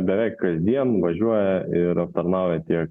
beveik kasdien važiuoja ir aptarnauja tiek